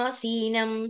sinam